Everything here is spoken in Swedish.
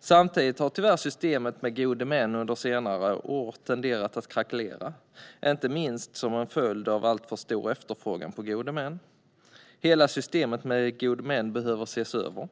Samtidigt har tyvärr systemet med gode män under senare år tenderat att krackelera, inte minst som en följd av alltför stor efterfrågan på gode män. Hela systemet med gode män behöver ses över.